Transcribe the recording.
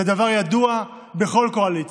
זה דבר ידוע בכל קואליציה.